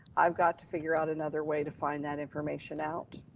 i've got to figure out another way to find that information out?